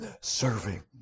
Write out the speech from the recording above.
serving